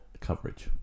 coverage